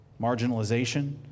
Marginalization